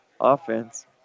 offense